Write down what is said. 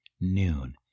noon